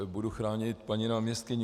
Budu chránit paní náměstkyni.